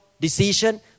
decision